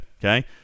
okay